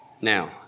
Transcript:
Now